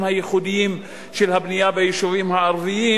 הייחודיים של הבנייה ביישובים הערביים,